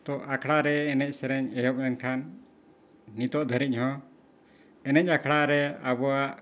ᱛᱚ ᱟᱠᱷᱲᱟ ᱨᱮ ᱮᱱᱮᱡ ᱥᱮᱨᱮᱧ ᱮᱦᱚᱵ ᱞᱮᱱᱠᱷᱟᱱ ᱱᱤᱛᱳᱜ ᱫᱷᱟᱹᱨᱤᱡ ᱦᱚᱸ ᱮᱱᱮᱡ ᱟᱠᱷᱲᱟ ᱨᱮ ᱟᱵᱚᱣᱟᱜ